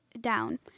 down